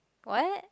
what